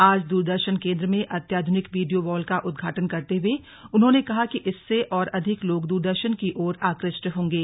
आज दूरदर्शन केन्द्र में अत्याधुनिक वीडियो वॉल का उद्घाटन करते हुए उन्होंने कहा कि इससे और अधिक लोग दूरदर्शन की ओर आकृष्ट होंगे